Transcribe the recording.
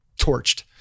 torched